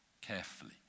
carefully